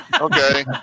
Okay